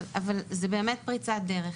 זאת פריצת דרך.